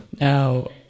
Now